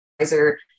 advisor